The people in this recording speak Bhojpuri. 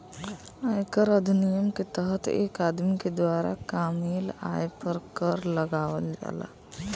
आयकर अधिनियम के तहत एक आदमी के द्वारा कामयिल आय पर कर लगावल जाला